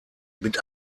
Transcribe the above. mit